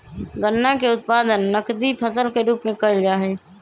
गन्ना के उत्पादन नकदी फसल के रूप में कइल जाहई